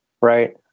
right